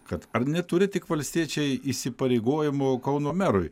kad ar neturi tik valstiečiai įsipareigojimų kauno merui